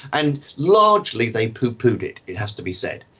and largely they pooh-poohed it, it has to be said.